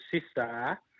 Sister